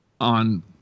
on